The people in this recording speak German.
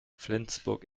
flensburg